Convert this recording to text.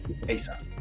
ASAP